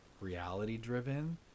reality-driven